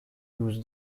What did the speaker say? use